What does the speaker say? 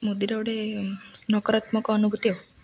ମୁଦିରେ ଗୋଟେ ନକରାତ୍ମକ ଅନୁଭୂତି ଆଉ